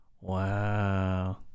Wow